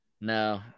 No